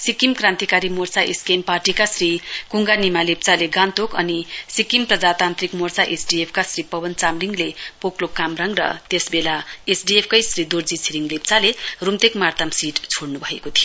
Sikkim Krantikari Morcha SKM पार्टीका श्री कुङ्गा निमा लेप्चाले गान्तोकबाट अनि सिक्किम प्रजातान्त्रिक मोर्चा एसडीएफ का श्री पवन चामलिङले पोकलोक कामराङ र तत्कालिन एसडीएफ कै उम्मेद्वार श्री दोर्जी छिरिङ लेप्चाले रूम्तेक मार्ताम सीट छोड्नु भएको थियो